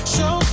Show